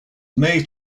may